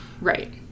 Right